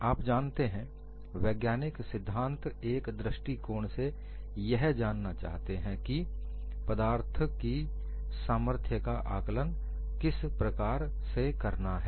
आप जानते हैं वैज्ञानिक सिद्धांत एक दृष्टिकोण से यह जानना चाहते हैं कि पदार्थों की सामर्थ्य का आकलन किस प्रकार से करना है